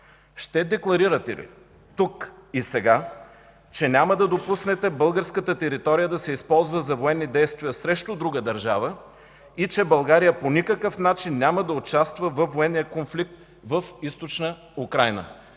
Ще декларирате ли тук и сега, че няма да допуснете българската територия да се използва за военни действия срещу друга държава и че България по никакъв начин няма да участва във военния конфликт в Източна Украйна?